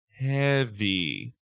Heavy